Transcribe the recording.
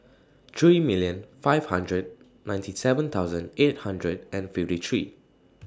three million five hundred ninety seven thousand eight hundred and fifty three